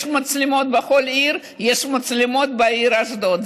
יש מצלמות בכל עיר, ויש מצלמות בעיר אשדוד.